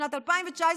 בשנת 2019,